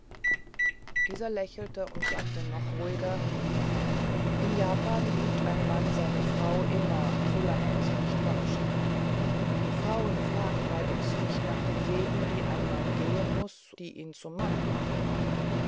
dieser lächelte und sagte noch ruhiger in japan liebt ein mann seine frau immer so lange er sie nicht fortschickt und frauen fragen bei uns nicht nach den wegen die ein mann gehen muß und die ihn zum manne machen